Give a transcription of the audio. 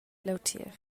leutier